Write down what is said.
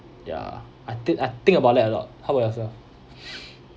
ya I think I think about that a lot how about yourself